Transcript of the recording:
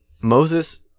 Moses